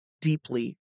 deeply